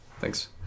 Thanks